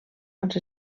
als